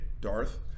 Darth